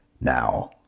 Now